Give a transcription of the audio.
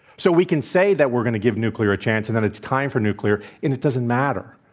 so, we can say that we're going to give nuclear a chance and that it's time for nuclear and it doesn't matter.